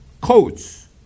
coats